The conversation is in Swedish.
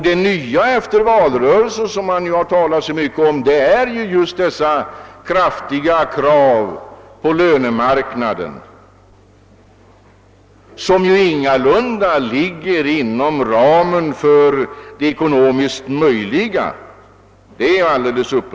Det nya efter valrörelsen är just bl.a. dessa stora krav på lönemarknaden som ingalunda ligger inom ramen för det ekonomiskt möjliga.